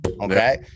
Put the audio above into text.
Okay